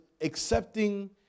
accepting